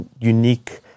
unique